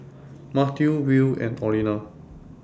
Mateo Will and Orlena